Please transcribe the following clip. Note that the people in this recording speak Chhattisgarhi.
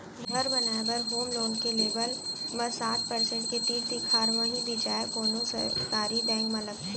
घर बनाए बर होम लोन के लेवब म सात परसेंट के तीर तिखार म ही बियाज कोनो सरकारी बेंक म लगथे